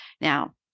now